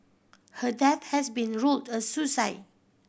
her death has been ruled a suicide